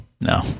no